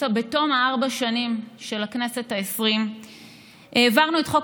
בתום ארבע השנים של הכנסת העשרים העברנו את חוק